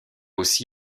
aussi